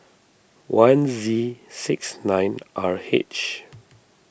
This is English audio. one Z six nine R H